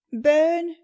burn